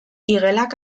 igelak